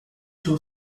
two